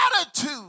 attitude